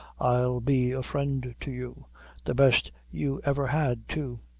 i'll be a friend to you the best you ever had too.